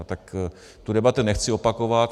Tak tu debatu nechci opakovat.